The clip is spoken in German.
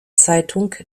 zeitung